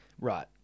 Right